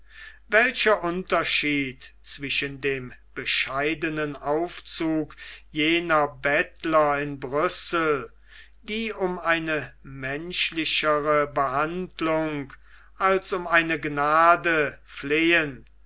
welcher unterschied zwischen dem bescheidenen aufzug jener bettler in brüssel die um eine menschlichere behandlung als um eine gnade flehen